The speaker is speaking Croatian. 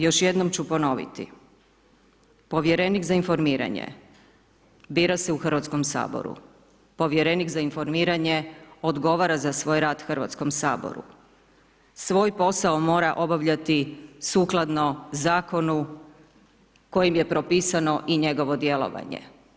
Još jednom ću ponoviti, Povjerenik za informiranje, bira se u Hrvatskom saboru, Povjerenik za informiranje odgovara za svoj rad Hrvatskom saboru, svoj posao mora obavljati sukladno Zakonu kojim je propisano i njegovo djelovanje.